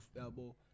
elbow